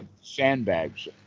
sandbags